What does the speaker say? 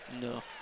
No